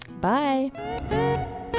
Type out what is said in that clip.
bye